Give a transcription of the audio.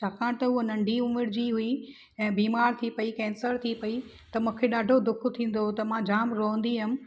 छाकाणि त हूअ नंढी उमिरि जी हुई ऐं बीमार थी पई कैंसर थी पई त मूंखे ॾाढो दुखु थींदो हुओ त मां जाम रुअंदी हुअमि